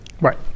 Right